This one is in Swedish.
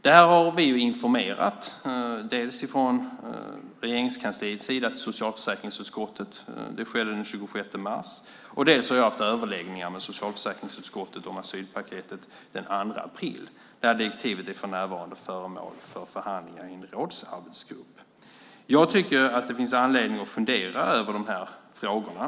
Dels har vi informerat om det här från Regeringskansliets sida till socialförsäkringsutskottet den 26 mars, dels har jag haft överläggningar med socialförsäkringsutskottet om asylpaketet den 2 april. Direktivet är för närvarande föremål för förhandlingar i en rådsarbetsgrupp. Jag tycker att det finns anledning att fundera över de här frågorna.